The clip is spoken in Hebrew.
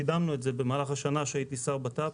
קידמנו את זה במהלך השנה שהייתי שר הבט"פ